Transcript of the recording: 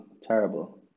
terrible